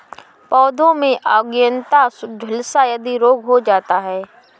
पौधों में अंगैयता, झुलसा आदि रोग हो जाता है